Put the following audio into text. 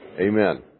Amen